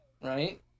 right